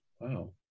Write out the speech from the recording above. Wow